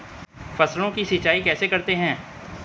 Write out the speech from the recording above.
फसलों की सिंचाई कैसे करते हैं?